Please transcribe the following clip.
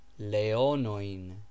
Leonoin